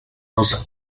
los